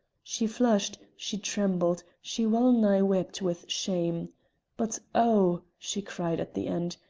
she flushed, she trembled, she well-nigh wept with shame but oh! she cried at the end,